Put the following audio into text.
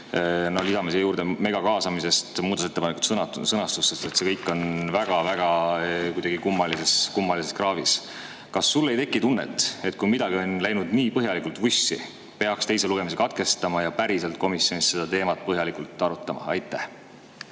Lisame siia juurde megakaasamise muudatusettepanekute sõnastamises – see kõik on kuidagi väga-väga kummalises kraavis. Kas sul ei teki tunnet, et kui midagi on läinud nii põhjalikult vussi, siis peaks teise lugemise katkestama ja päriselt komisjonis seda teemat põhjalikult arutama? Aitäh,